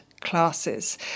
classes